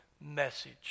message